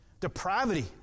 Depravity